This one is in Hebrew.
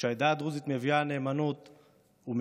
כשהעדה הדרוזית מביאה נאמנות ומסירות,